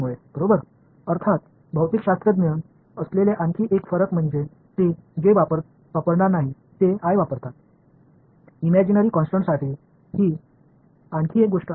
மற்றொரு வேறுபாடுகள் நிச்சயமாக பிசிசிஸ்ட்ஸ் j ஐப் பயன்படுத்த மாட்டார்கள்அவர்கள் i ஐ பயன்படுத்துவார்கள் ah இது கற்பனை மாறிலிக்கு ஆன மற்றொரு விஷயம்